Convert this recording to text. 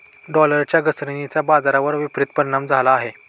डॉलरच्या घसरणीचा बाजारावर विपरीत परिणाम झाला आहे